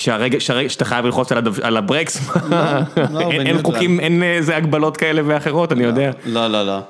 שהרגע הרגע שאתה חייב ללחוץ על הברקס, אין חוקים אין איזה הגבלות כאלה ואחרות, אני יודע. לא, לא, לא.